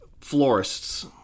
florists